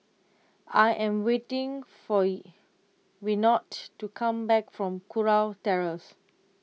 I am waiting for Yvette to come back from Kurau Terrace